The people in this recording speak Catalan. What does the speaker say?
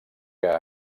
que